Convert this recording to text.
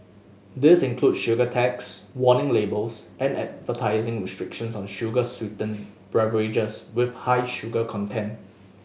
this include sugar tax warning labels and advertising restrictions on sugar sweetened beverages with high sugar content